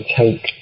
take